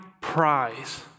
prize